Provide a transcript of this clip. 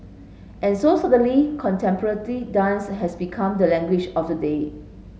and so suddenly contemporary dance has become the language of the day